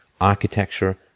architecture